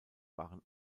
waren